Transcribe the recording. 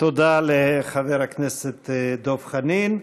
תודה לחבר הכנסת דב חנין.